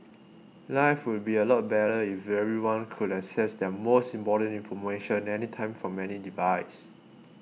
life would be a lot better if everyone could access their most important information anytime from any device